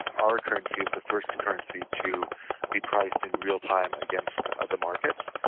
our currency is the first currency to be priced in real time against the markets,